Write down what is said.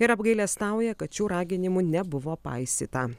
ir apgailestauja kad šių raginimų nebuvo paisyta